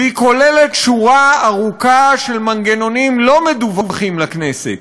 והיא כוללת שורה ארוכה של מנגנונים לא מדווחים לכנסת,